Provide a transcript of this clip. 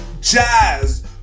jazz